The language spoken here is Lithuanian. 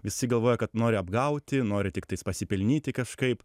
visi galvoja kad nori apgauti nori tiktais pasipelnyti kažkaip